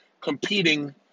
competing